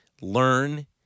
learn